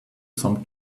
some